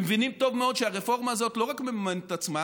הם מבינים טוב מאוד שהרפורמה הזאת לא רק מממנת את עצמה